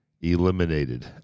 eliminated